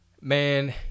man